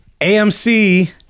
AMC